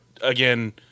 again